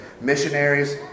Missionaries